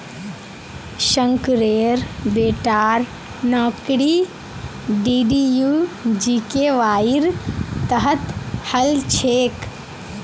शंकरेर बेटार नौकरी डीडीयू जीकेवाईर तहत हल छेक